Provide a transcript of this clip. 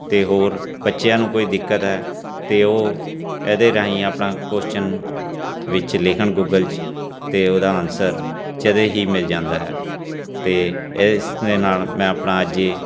ਅਤੇ ਹੋਰ ਬੱਚਿਆਂ ਨੂੰ ਕੋਈ ਦਿੱਕਤ ਹੈ ਅਤੇ ਉਹ ਇਹਦੇ ਰਾਹੀਂ ਆਪਣਾ ਕੁਸ਼ਚਨ ਵਿੱਚ ਲਿਖਣ ਗੂਗਲ 'ਚ ਅਤੇ ਉਹਦਾ ਅਨਸਰ ਜਦੇ ਹੀ ਮਿਲ ਜਾਂਦਾ ਹੈ ਅਤੇ ਇਸ ਦੇ ਨਾਲ ਮੈਂ ਆਪਣਾ ਜੇ